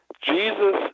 Jesus